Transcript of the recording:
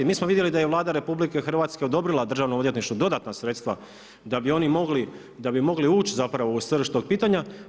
Mi smo vidjeli da je Vlada RH odobrila Državnom odvjetništvu dodatna sredstva da bi oni mogli ući zapravo u srž tog pitanja.